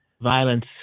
violence